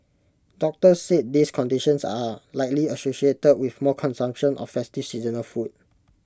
doctors said these conditions are likely associated with more consumption of festive seasonal food